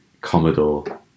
Commodore